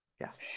Yes